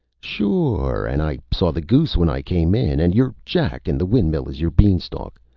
sure, and i saw the goose when i came in. and you're jack and the windmill is your beanstalk.